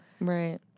Right